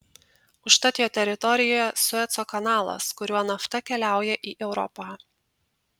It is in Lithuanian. užtat jo teritorijoje sueco kanalas kuriuo nafta keliauja į europą